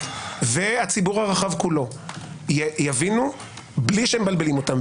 והציבור הרחב כולו יבינו בלי שמבלבלים אותם.